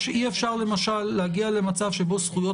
שאי אפשר למשל להגיע למצב שבו זכויות